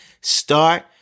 start